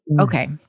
okay